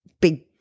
big